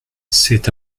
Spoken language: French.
cet